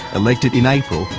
elected in april,